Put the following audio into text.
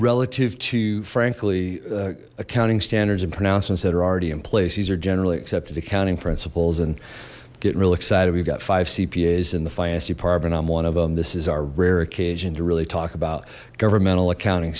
relative to frankly accounting standards and pronouncements that are already in place these are generally accepted accounting principles and getting real excited we've got five cpas in the finance department i'm one of them this is our rare occasion to really talk about governmental accounting